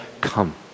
come